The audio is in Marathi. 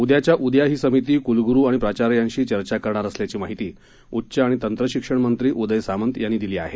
उदयाच्या उदया ही समिती कुलग्रु आणि प्राचार्याशी चर्चा करणार असल्याची माहिती उच्च आणि तंत्र शिक्षण मंत्री उदय सामंत यांनी दिली आहे